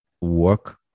work